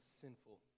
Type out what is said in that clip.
sinful